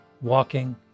walking